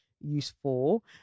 useful